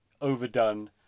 overdone